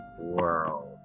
world